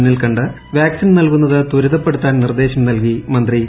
മുന്നിൽക്കണ്ട് vaccine നൽകുന്നത് ത്വരിതപ്പെടുത്താൻ നിർദേശം നൽകി മന്ത്രി കെകെ ശൈലജ